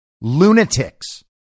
Lunatics